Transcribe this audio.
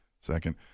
second